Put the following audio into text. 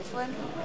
במקום כנסת נכבדה,